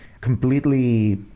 completely